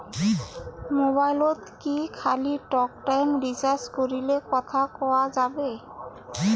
মোবাইলত কি খালি টকটাইম রিচার্জ করিলে কথা কয়া যাবে?